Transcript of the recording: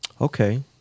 Okay